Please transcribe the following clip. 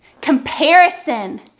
Comparison